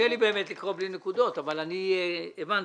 אני הבנתי.